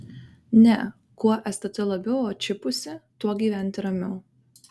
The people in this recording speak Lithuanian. ne kuo stt labiau atšipusi tuo gyventi ramiau